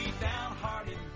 downhearted